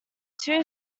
two